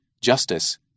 justice